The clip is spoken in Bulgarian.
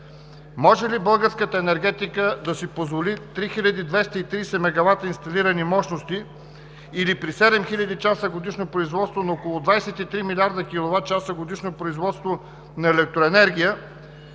Може ли българската енергетика да си позволи 3230 мегавата инсталирани мощности или при седем хиляди часа годишно производство на около 23 милиарда киловатчаса годишно производство на електроенергия,